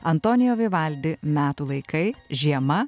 antonijo vivaldi metų laikai žiema